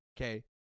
Okay